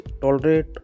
tolerate